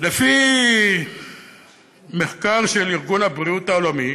לפי מחקר של ארגון הבריאות העולמי,